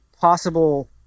possible